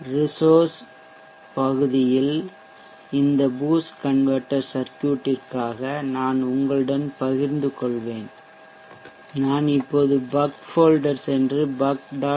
resources பகுதியில் இந்த boost converter சர்க்யூட்டிற்காக நான் உங்களுடன் பகிர்ந்துகொள்வேன் நான் இப்போது பக் ஃபோல்டர் சென்று buck